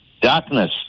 Darkness